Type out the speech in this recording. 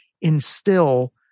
instill